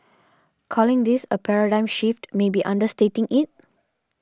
calling this a paradigm shift may be understating it